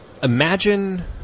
Imagine